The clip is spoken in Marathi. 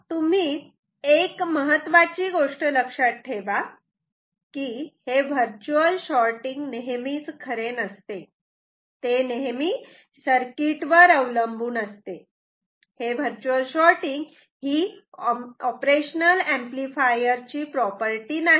तुम्ही एक महत्त्वाची गोष्ट लक्षात ठेवा की हे वर्च्युअल शॉटिंग नेहमीच खरे नसते ते सर्किटवर अवलंबून असते ही ऑपरेशनल ऍम्प्लिफायर ची प्रॉपर्टी नाही